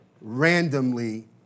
randomly